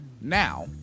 Now